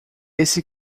esse